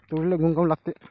तुरीले घुंग काऊन लागते?